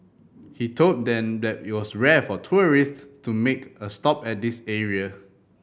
he told them that it was rare for tourists to make a stop at this area